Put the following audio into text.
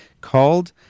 called